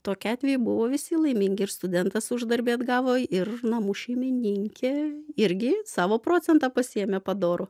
tokiu atveju buvo visi laimingi ir studentas uždarbį atgavo ir namų šeimininkė irgi savo procentą pasiėmė padorų